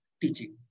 teaching